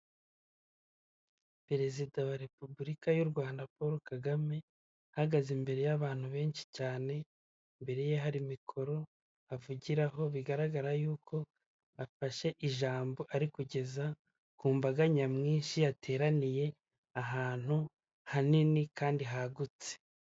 Perezida wa repubulika y'u Rwanda Paul Kagame, ahagaze imbere y'abantu benshi cyane, imbere y'ahari mikoro avugiraho, bigaragara yuko afashe ijambo ari kugeza ku mbaga nyamwinshi yateraniye ahantu hanini kandi hagutse.